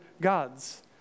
gods